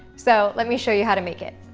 so let me show you how to make it.